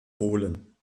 polen